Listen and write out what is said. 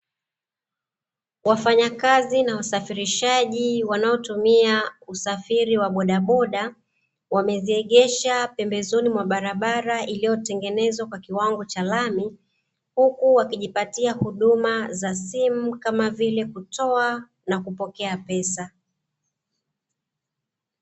Wafanyakazi na wasafirishaji wanotumia usafiri wa bodaboda, wameziegesha pembezoni mwa barabara iliyotengenezwa kwa kiwango cha lami, huku wakijipatia huduma za simu kama vile kutoa na kupokea pesa.